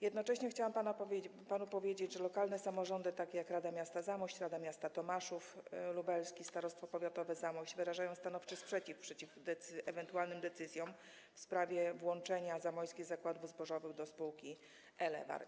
Jednocześnie chciałam panu powiedzieć, że lokalne samorządy, takie jak: Rada Miasta Zamość, Rada Miasta Tomaszów Lubelski, Starostwo Powiatowe w Zamościu, wyrażają stanowczy sprzeciw wobec ewentualnych decyzji w sprawie włączenia Zamojskich Zakładów Zbożowych do spółki Elewarr.